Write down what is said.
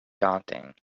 daunting